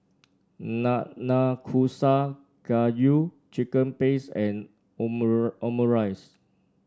Nanakusa Gayu Chicken Pasta and Omurice